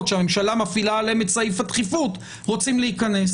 שהממשלה מפעילה עליהן את סעיף הדחיפות רוצים להיכנס.